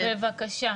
בבקשה.